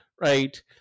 right